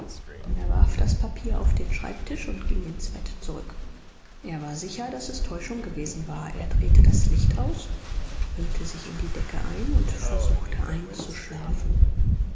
er warf das papier auf den schreibtisch und ging ins bett zurück er war sicher daß es täuschung gewesen war er drehte das licht aus hüllte sich in die decke ein und versuchte einzuschlafen